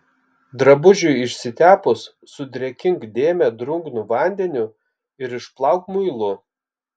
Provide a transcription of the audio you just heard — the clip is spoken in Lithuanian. drabužiui išsitepus sudrėkink dėmę drungnu vandeniu ir išplauk muilu